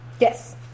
Yes